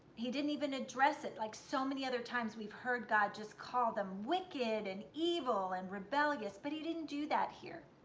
he didn't even address it like so many other times we've heard god just call them wicked and evil and rebellious, but he didn't do that here.